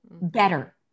better